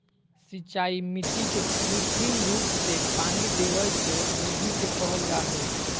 सिंचाई मिट्टी के कृत्रिम रूप से पानी देवय के विधि के कहल जा हई